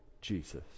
Jesus